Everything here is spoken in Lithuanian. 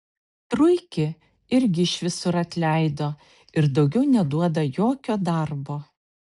truikį irgi iš visur atleido ir daugiau neduoda jokio darbo